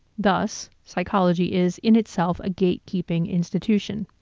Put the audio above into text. thus, psychology is in itself a gatekeeping institution.